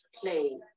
play